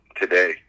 today